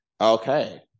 Okay